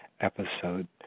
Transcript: episode